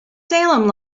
salem